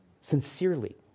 sincerely